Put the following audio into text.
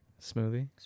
Smoothie